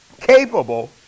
capable